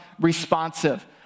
responsive